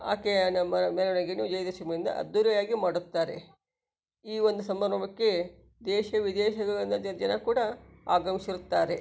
ಆಕೆಯ ನಮ್ಮ ಮೆರವಣಿಗೆಯನ್ನು ವಿಜಯದಶಮಿಯಿಂದ ಅದ್ಧೂರಿಯಾಗಿ ಮಾಡುತ್ತಾರೆ ಈ ಒಂದು ಸಮಾರಂಭಕ್ಕೆ ದೇಶ ವಿದೇಶಗಳಿಂದ ಜ ಜನ ಕೂಡ ಆಗಮಿಸಿರುತ್ತಾರೆ